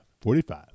Forty-five